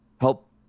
help